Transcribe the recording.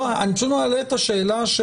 אני פשוט מעלה את השאלה.